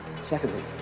Secondly